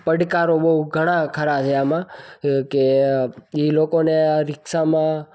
પડકારો બહુ ઘણા ખરા છે આમાં કે એ લોકોને આ રિક્ષામાં